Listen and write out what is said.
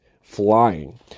flying